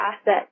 asset